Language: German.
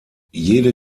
jede